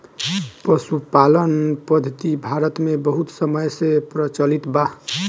पशुपालन पद्धति भारत मे बहुत समय से प्रचलित बा